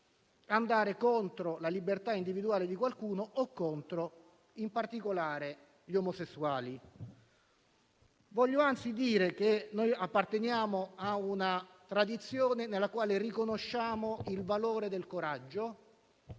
andare contro la libertà individuale di qualcuno o contro gli omosessuali. Anzi, desidero dire che noi apparteniamo a una tradizione nella quale riconosciamo il valore del coraggio e